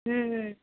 ہوں ہوں